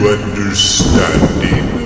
understanding